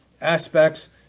Aspects